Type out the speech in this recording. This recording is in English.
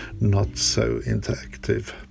not-so-interactive